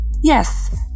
Yes